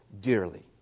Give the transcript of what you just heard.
dearly